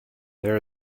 there